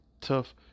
tough